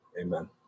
Amen